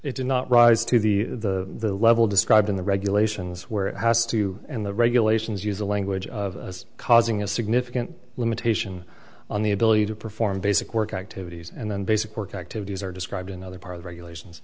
it did not rise to the the level described in the regulations where it has to and the regulations use a language of causing a significant limitation on the ability to perform basic work activities and then basic work activities are described in other parts regulations